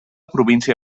província